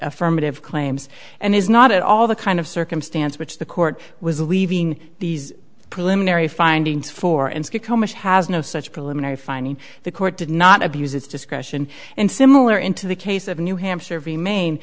affirmative claims and is not at all the kind of circumstance which the court was leaving these preliminary findings for and has no such preliminary finding the court did not abuse its discretion and similar into the case of new hampshire v main